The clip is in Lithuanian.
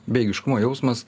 bejėgiškumo jausmas